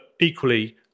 equally